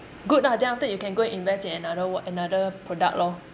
good lah then after that you can go and invest in another wha~ another product lor